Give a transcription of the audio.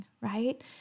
Right